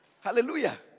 Hallelujah